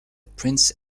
prince